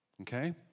okay